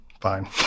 fine